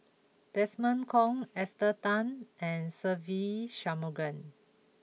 Desmond Kon Esther Tan and Se Ve Shanmugam